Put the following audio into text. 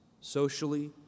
socially